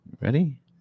Ready